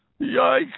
Yikes